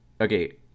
okay